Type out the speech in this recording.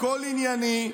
הכול ענייני,